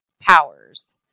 powers